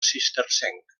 cistercenc